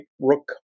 Rook